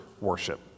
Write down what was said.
worship